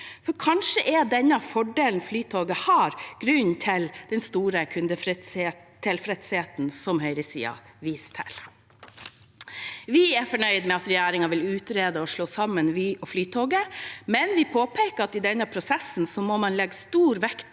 Kanskje er denne fordelen Flytoget har, grunnen til den store kundetilfredsheten som høyresiden viser til. Vi er fornøyde med at regjeringen vil utrede å slå sammen Vy og Flytoget, men vi påpeker at man i denne prosessen må legge stor vekt